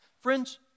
Friends